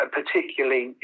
particularly